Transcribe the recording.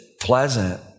pleasant